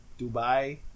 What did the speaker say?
dubai